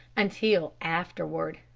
until afterward.